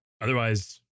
otherwise